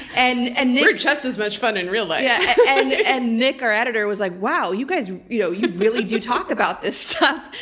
and and we're just as much fun in real life. yeah and and nick, our editor, was like, wow, you guys you know really do talk about this stuff.